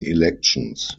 elections